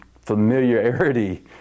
familiarity